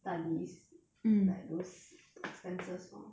studies and like those expenses lor